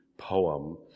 poem